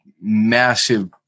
massive